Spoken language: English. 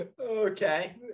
Okay